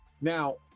Now